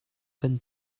kan